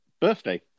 birthday